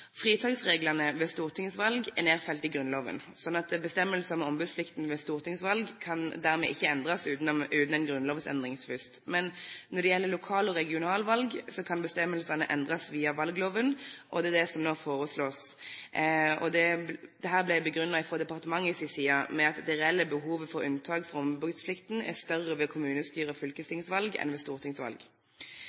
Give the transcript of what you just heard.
Fritaksreglene ved stortingsvalg er nedfelt i Grunnloven. Bestemmelsene om ombudsplikten ved stortingsvalg kan dermed ikke endres uten en grunnlovsendring først. Når det gjelder lokal- og regionalvalg, kan bestemmelsene endres via valgloven, og det er det som nå foreslås. Dette ble begrunnet fra departementets side med at det reelle behovet for unntak fra ombudsplikten er større ved kommunestyre- og fylkestingsvalg enn ved stortingsvalg.